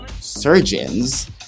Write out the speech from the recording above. surgeons